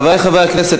חברי חברי הכנסת,